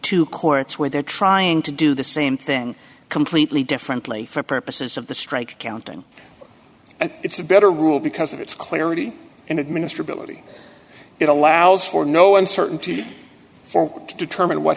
two courts where they're trying to do the same thing completely differently for purposes of the strike counting and it's a better rule because it's clarity and administer ability it allows for no uncertainty for to determine what